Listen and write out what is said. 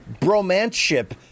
bromance-ship